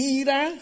ira